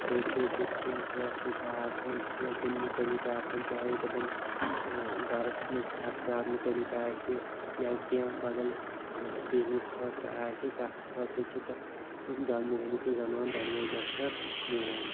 بٔڈۍ بٔڈۍ کیٚنٛہہ فٲصلہٕ چھِ آسان کیٚنٛہہ کُنہِ مُتعلق آسان چاہے تِمَن گَرَس منٛز خَراچات مُتعلق آسہِ یا کیٚنٛہہ بَدَل بِزنِس خٲطرٕ آسہِ تَتھ خٲطرٕ چھُ دٕ تِمہٕ مۅہنِیٛوٗ تہٕ زَنان دۄنوٕے مَشوَرٕ نِوان